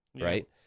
right